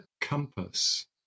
compass